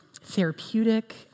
therapeutic